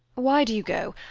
why do you go?